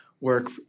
work